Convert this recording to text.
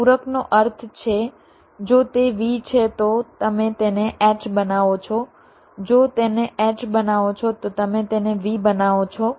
પૂરકનો અર્થ છે જો તે V છે તો તમે તેને H બનાવો છો જો તેને H બનાવો છો તો તમે તેને V બનાવો છો